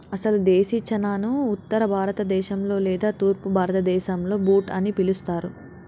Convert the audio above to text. అసలు దేశీ చనాను ఉత్తర భారత దేశంలో లేదా తూర్పు భారతదేసంలో బూట్ అని పిలుస్తారు